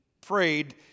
prayed